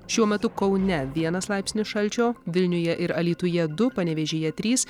šiuo metu kaune vienas laipsnis šalčio vilniuje ir alytuje du panevėžyje trys